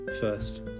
first